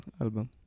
album